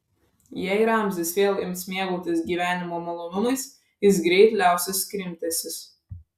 jei ramzis vėl ims mėgautis gyvenimo malonumais jis greit liausis krimtęsis